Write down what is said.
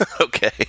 Okay